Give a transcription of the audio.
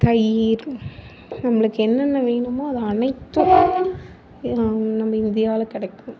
தயிர் நம்மளுக்கு என்னென்ன வேணுமோ அது அனைத்தும் நம்ம இந்தியாவில் கிடைக்கும்